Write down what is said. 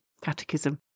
Catechism